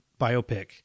biopic